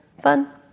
fun